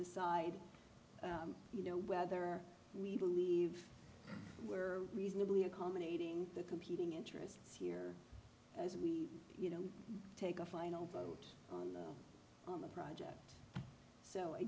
decide you know whether we believe we're reasonably accommodating the competing interests here as we you know take a final vote on the project so i